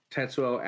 Tetsuo